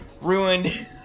ruined